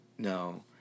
no